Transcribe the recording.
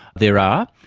there are.